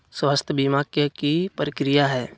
स्वास्थ बीमा के की प्रक्रिया है?